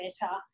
better